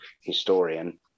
historian